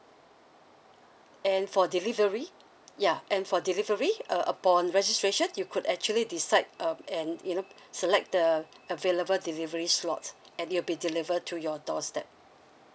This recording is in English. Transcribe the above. and for delivery ya and for delivery uh upon registration you could actually decide um and you know select the available delivery slots and it will be deliver to your doorstep